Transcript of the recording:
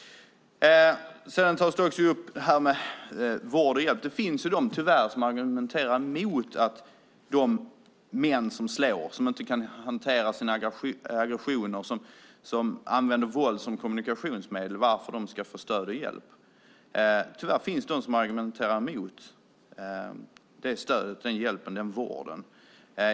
Vård och hjälp togs upp här. Det finns tyvärr de som argumenterar mot att de män som slår och som inte kan hantera sina aggressioner och använder våld som kommunikationsmedel ska få stöd och hjälp. Tyvärr finns det de som argumenterar mot det stödet och den hjälpen och vården.